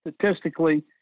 statistically